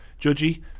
Judgy